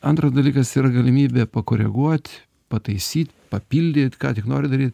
antras dalykas yra galimybė pakoreguot pataisyt papildyt ką tik nori daryti